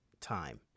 time